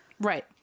right